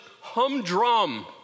humdrum